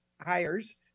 hires